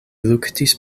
luktis